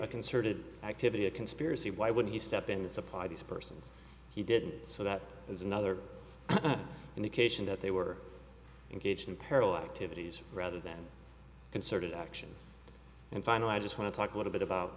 a concerted activity a conspiracy why would he step into supply these persons he did so that is another indication that they were engaged in parallel activities rather than concerted action and finally i just want to talk a little bit about